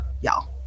y'all